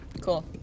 Cool